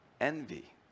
envy